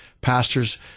pastors